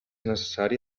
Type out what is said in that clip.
necessari